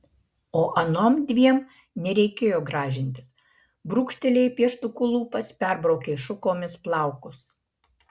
o anom dviem nereikėjo gražintis brūkštelėjai pieštuku lūpas perbraukei šukomis plaukus